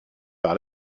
par